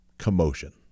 Commotion